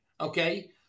Okay